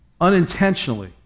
unintentionally